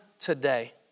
today